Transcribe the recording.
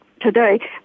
today